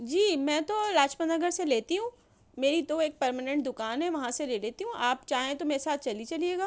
جی میں تو لاجپت نگر سے لیتی ہوں میری تو ایک پرمانینٹ دوکان ہے وہاں سے لے لیتی ہوں آپ چاہیں تو میرے ساتھ چلی چلیے گا